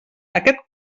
aquest